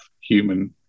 human